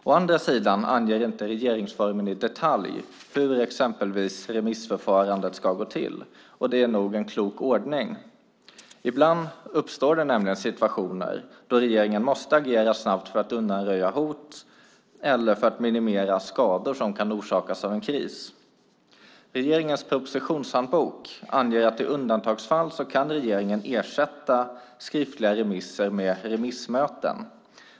Å andra sidan anger inte regeringsformen i detalj hur exempelvis remissförfarandet ska gå till, och det är nog en klok ordning. Ibland uppstår det nämligen situationer då regeringen måste agera snabbt för att undanröja hot eller för att minimera skador som kan orsakas av en kris. Regeringens propositionshandbok anger att regeringen i undantagsfall kan ersätta skriftliga remisser med remissmöten.